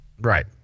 Right